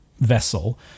vessel